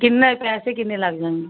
ਕਿੰਨੇ ਪੈਸੇ ਕਿੰਨੇ ਲੱਗ ਜਾਣਗੇ